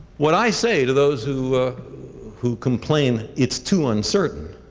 what i say to those who who complain, it's too uncertain,